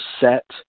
set